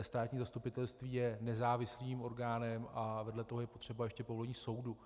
Státní zastupitelství je nezávislým orgánem a vedle toho je potřeba ještě povolení soudu.